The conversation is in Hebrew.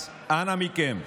אז אנא מכם,